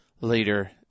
later